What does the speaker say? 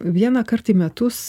vieną kart į metus